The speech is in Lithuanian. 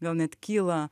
gal net kyla